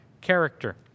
character